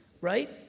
right